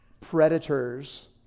predators